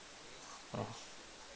mm